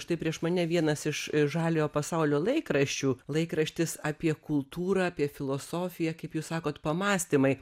štai prieš mane vienas iš žaliojo pasaulio laikraščių laikraštis apie kultūrą apie filosofiją kaip jūs sakot pamąstymai